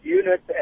unit